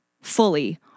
fully